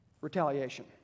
retaliation